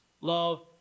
Love